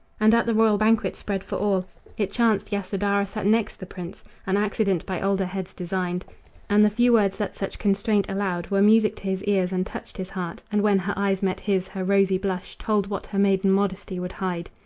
and at the royal banquet spread for all it chanced yasodhara sat next the prince an accident by older heads designed and the few words that such constraint allowed were music to his ears and touched his heart and when her eyes met his her rosy blush told what her maiden modesty would hide.